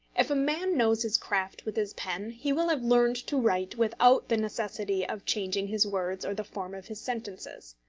if a man knows his craft with his pen, he will have learned to write without the necessity of changing his words or the form of his sentences.